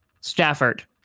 Stafford